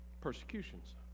persecutions